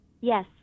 Yes